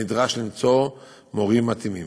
נדרש למצוא מורים מתאימים.